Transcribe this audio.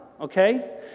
okay